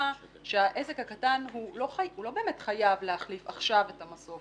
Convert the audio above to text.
העסק הקטן לא באמת חייב להחליף עכשיו את המסוף.